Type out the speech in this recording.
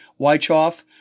weichoff